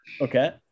Okay